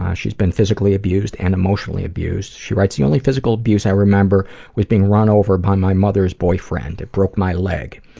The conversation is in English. um she's been physically abused and emotionally abused. she writes, the only physical abuse i remember was being run over my mother's boyfriend. it broke my leg.